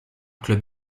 club